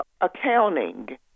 accounting